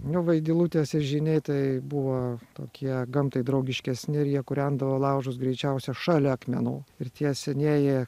nu vaidilutės ir žiniai tai buvo tokie gamtai draugiškesni ir jie kūrendavo laužus greičiausia šalia akmenų ir tie senieji